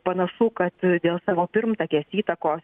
panašu kad dėl savo pirmtakės įtakos